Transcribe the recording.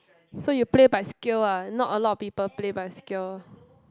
so you play by skill ah not a lot of people play by skill